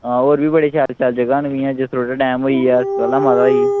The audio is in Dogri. हां होर बी बड़े शैल शैल जगह न जियां जसरोटा डैम होई गेआ सुकराला माता होई